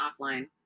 offline